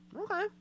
Okay